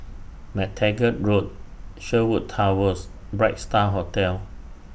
MacTaggart Road Sherwood Towers Bright STAR Hotel